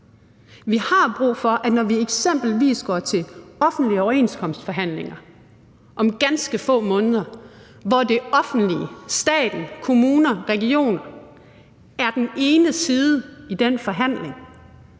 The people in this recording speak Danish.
Vi har brug for, at når vi eksempelvis går til offentlige overenskomstforhandlinger om ganske få måneder, hvor det offentlige – staten, kommuner og regioner – er den ene side i den forhandling,